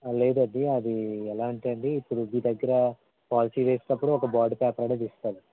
లేదండి అది ఎలా అంటే అండి ఇప్పుడు మీ దగ్గర పోలసీ వేసినప్పుడు ఒక బొండ్ పేపర్ అనేది ఇస్తారు